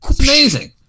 Amazing